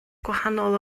gwahanol